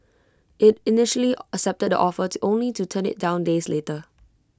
IT initially accepted the offer to only to turn IT down days later